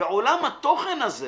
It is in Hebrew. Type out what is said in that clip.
בעולם התוכן הזה